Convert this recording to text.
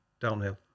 downhill